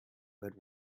but